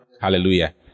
Hallelujah